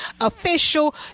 official